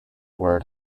word